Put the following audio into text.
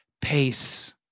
Pace